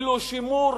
כאילו שימור